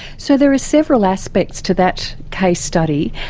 so there are several aspects to that case study.